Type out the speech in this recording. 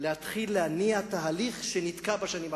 להתחיל להניע תהליך שנתקע בשנים האחרונות.